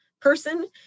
person